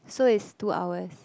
so is two hours